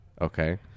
Okay